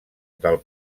del